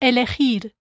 Elegir